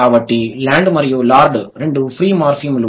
కాబట్టి ల్యాండ్ మరియు లార్డ్ రెండూ ఫ్రీ మార్ఫిమ్ లు